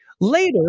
later